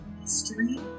history